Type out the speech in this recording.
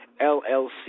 LLC